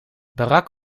barack